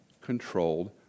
controlled